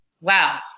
wow